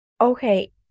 okay